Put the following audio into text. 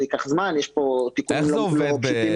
זה ייקח זמן, יש פה תיקונים לא פשוטים.